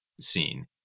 scene